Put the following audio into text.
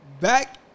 back